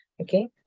okay